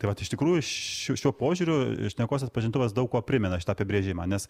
tai vat iš tikrųjų šiuo požiūriu šnekos atpažintuvas daug kuo primena šitą apibrėžimą nes